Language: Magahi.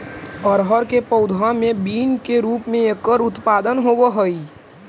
अरहर के पौधे मैं बीन के रूप में एकर उत्पादन होवअ हई